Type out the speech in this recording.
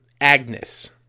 Agnes